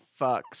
fucks